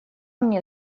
мне